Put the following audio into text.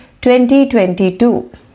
2022